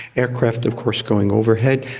aircraft of course going overhead,